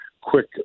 quick